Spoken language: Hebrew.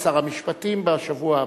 לשר המשפטים בשבוע הבא.